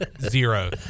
zero